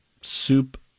soup